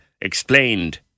explained